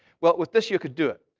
well, with this, you could do it.